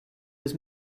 was